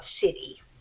city